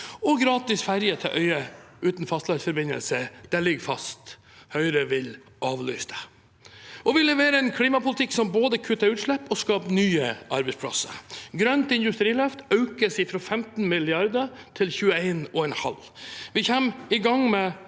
Gratis ferjer til øyer uten fastlandsforbindelse ligger fast. Høyre vil avlyse det. Vi leverer en klimapolitikk som både kutter utslipp og skaper nye arbeidsplasser. Grønt industriløft økes fra 15 mrd. kr til 21,5 mrd. kr. Vi kommer i gang med